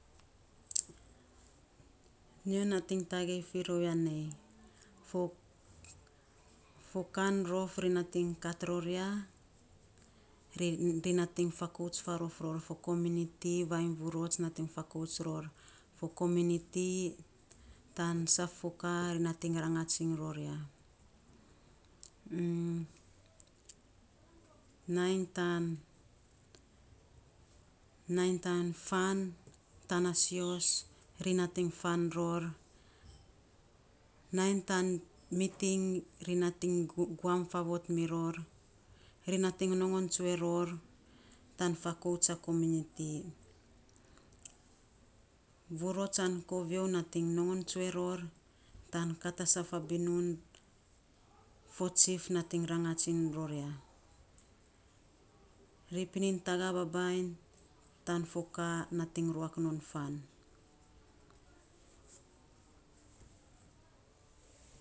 nyo nating tagei fi rou ya nei fo kan rof ri nating kat ror ya, ri nating fakuat ror community fo vurots nating fakouts ror fo komuniti ta saf fo ka ri nating rangats ror ya. nainy tan miting ri nating guam favot miror, ri nating nongon tsue ror tan fakouts a kominti an kovio nating nongon tsue ror tan kat saf a binun fo chief nating rangats iny ror ya. ri pininy taga babainy tau for a ka nating ruak non fan.